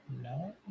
No